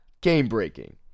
game-breaking